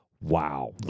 Wow